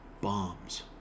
bombs